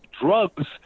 drugs